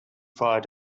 fire